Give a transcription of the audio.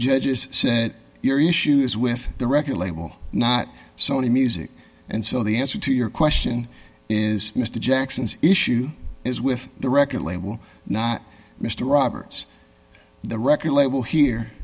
judges said that your issue is with the regulator will not sony music and so the answer to your question is mr jackson's issue is with the record label not mr roberts the record label here